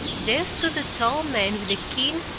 there stood a tall man with a keen,